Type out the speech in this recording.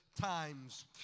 Times